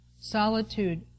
Solitude